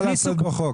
מה לעשות בחוק?